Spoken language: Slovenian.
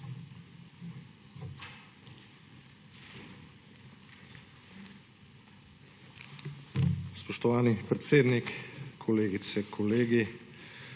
Spoštovani predsednik, kolegice, kolegi!